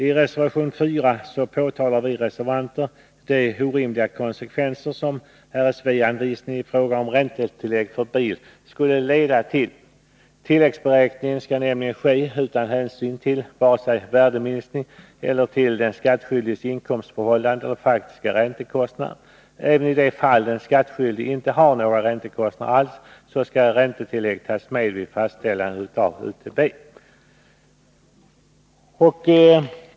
I reservation 4 påtalar vi reservanter de orimliga konsekvenser som RSV-anvisningen i fråga om räntetillägg för bil skulle leda till. Tilläggsberäkningen skall nämligen ske utan att hänsyn tas vare sig till värdeminskning eller till den skattskyldiges inkomstförhållanden och faktiska räntekostnader. Även i de fall då den skattskyldige inte haft några räntekostnader alls skall räntetillägg tas med vid fastställande av UTB.